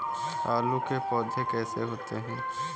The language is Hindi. आलू के पौधे कैसे होते हैं?